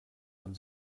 man